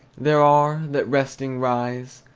there are, that resting, rise.